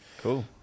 Cool